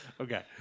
Okay